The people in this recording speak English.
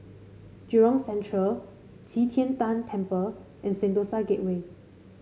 Jurong Central Qi Tian Tan Temple and Sentosa Gateway